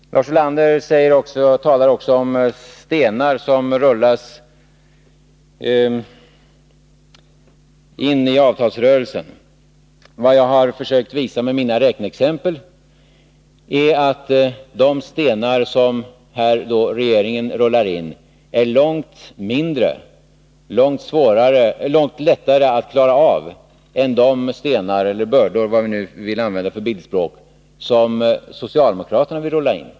Lars Ulander talar också om stenar som rullas in i avtalsrörelsen. Vad jag har försökt visa med mina räkneexempel är att de stenar som regeringen rullar in är långt mindre, långt lättare att klara av, än de stenar — eller bördor, vilket bildspråk vi nu vill använda — som socialdemokraterna vill rulla in.